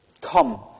come